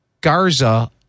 Garza